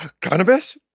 cannabis